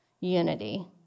unity